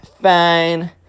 fine